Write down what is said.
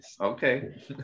Okay